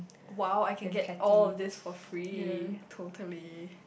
!wow! I can get all of this for free totally